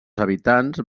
habitants